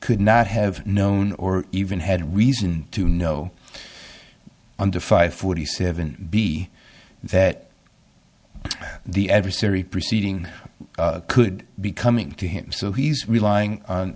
could not have known or even had reason to know under five forty seven b that the ever siri proceeding could be coming to him so he's relying